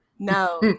No